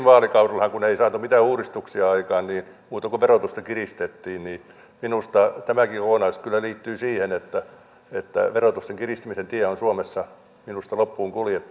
viime vaalikaudellahan ei saatu mitään uudistuksia aikaan muuta kuin että verotusta kiristettiin ja minusta tämäkin kokonaisuus kyllä liittyy siihen että verotuksen kiristymisen tie on suomessa minusta loppuun kuljettu